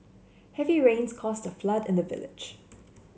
heavy rains caused a flood in the village